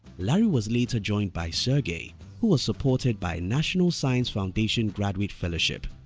larry was later joined by sergey who was supported by a national science foundation graduate fellowship.